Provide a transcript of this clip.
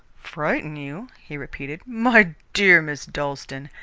frighten you? he repeated. my dear miss dalstan!